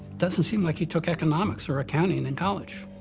doesn't seem like he took economics or accounting and in college.